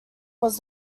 was